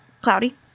cloudy